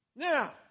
Now